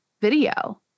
video